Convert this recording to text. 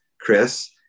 Chris